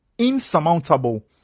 Insurmountable